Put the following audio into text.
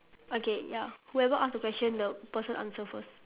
okay ya whoever ask the question the person answer first